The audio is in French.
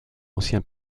ancien